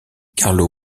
carlo